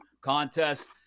contests